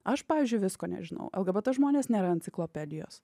aš pavyzdžiui visko nežinau lgbt žmonės nėra enciklopedijos